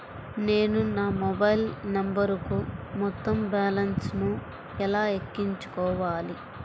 నేను నా మొబైల్ నంబరుకు మొత్తం బాలన్స్ ను ఎలా ఎక్కించుకోవాలి?